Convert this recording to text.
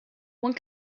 one